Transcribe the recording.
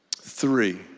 three